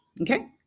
Okay